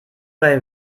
bei